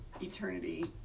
eternity